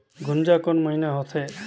गुनजा कोन महीना होथे?